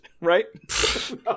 right